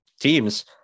teams